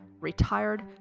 retired